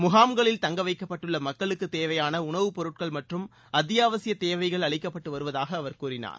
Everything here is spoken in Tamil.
முகாம்களில் தங்க வைக்கப்பட்டுள்ள மக்களுக்குத் தேவையான உணவுப் பொருட்கள் மற்றும் அத்தியாவசியத் தேவைகள் அளிக்கப்பட்டு வருவதாக அவர் கூறினார்